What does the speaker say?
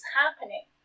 happening